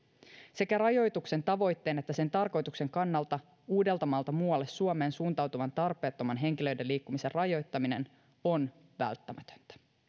sekä rajoituksen tavoitteen että sen tarkoituksen kannalta uudeltamaalta muualle suomeen suuntautuvan tarpeettoman henkilöiden liikkumisen rajoittaminen on välttämätöntä